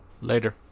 Later